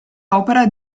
opera